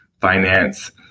finance